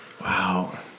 Wow